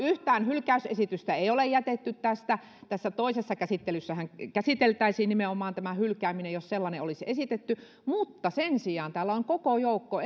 yhtään hylkäysesitystä ei ole jätetty tästä tässä toisessa käsittelyssähän käsiteltäisiin nimenomaan tämä hylkääminen jos sellainen olisi esitetty mutta sen sijaan täällä on koko joukko